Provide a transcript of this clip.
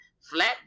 flat